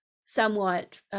somewhat